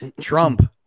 Trump